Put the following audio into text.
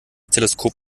teleskop